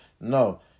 No